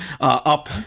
up